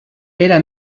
era